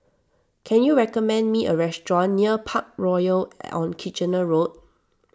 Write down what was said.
can you recommend me a restaurant near Parkroyal on Kitchener Road